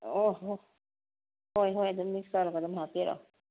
ꯑꯣ ꯍꯣꯏ ꯍꯣꯏ ꯍꯣꯏ ꯑꯗꯨꯝ ꯃꯤꯛꯁ ꯇꯧꯔꯒ ꯑꯗꯨꯝ ꯍꯥꯞꯄꯤꯔꯣ